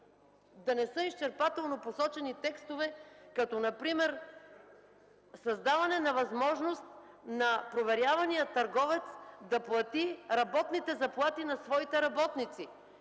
да не са изчерпателно посочени текстове, като например създаване на възможност проверяваният търговец да плати работните заплати на своите работници?